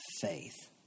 faith